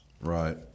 right